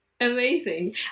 Amazing